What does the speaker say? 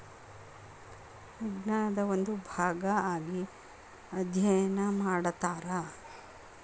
ವಿಜ್ಞಾನದ ಒಂದು ಭಾಗಾ ಆಗಿ ಅದ್ಯಯನಾ ಮಾಡತಾರ